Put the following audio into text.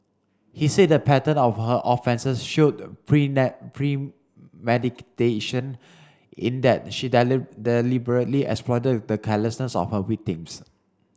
he said the pattern of her offences showed premeditation in that she deliberately exploited the carelessness of her victims